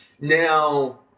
Now